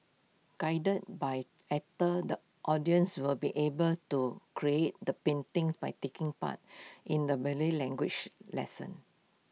guided by actors the audience will be able to create the paintings by taking part in A Malay language lesson